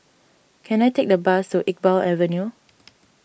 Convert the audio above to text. can I take a bus to Iqbal Avenue